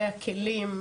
מהכלים,